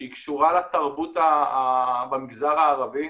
שהיא קשורה לתרבות במגזר הערבי,